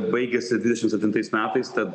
baigiasi dvidešim septintais metais tad